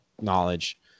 knowledge